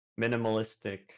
minimalistic